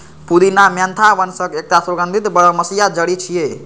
पुदीना मेंथा वंशक एकटा सुगंधित बरमसिया जड़ी छियै